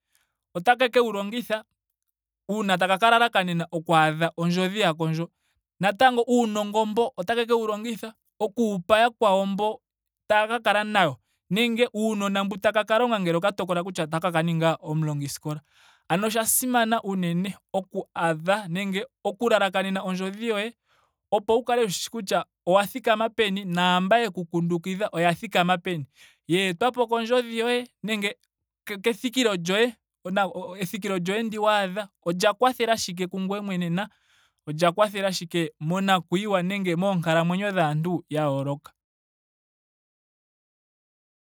Ota ke kewu longitha uuna taka ka lalakanena okwaadha ondjodhi yako ndjo. natango uunongo mbo otakeku wu longitha okuwu pa yakwawo mbo taaka kala nayo nenge uunona mbu taka ka longa ngele oka tokola kutya otaka ka ninga omulongiskola. Ano osha simana unene okwaadha nenge oku lalakanena ondjodhi yoye opo wu kale wu shishi kutya owa thikama peni naamba yeku kundukidha oya thikama peni. yeetwapo kondjodhi yoye nenge ke- kethikilo lyoye ona- ethikilo lyoye ndi waadha olya kwathela shike kungweye mwene na olya kwathela shike monakuyiwa nenge moonkalamwenyo dhaantu ya yooloka